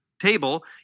table